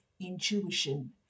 intuition